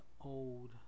old